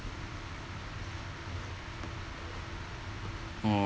oh